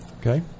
Okay